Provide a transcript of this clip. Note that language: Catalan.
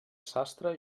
sastre